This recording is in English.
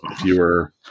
fewer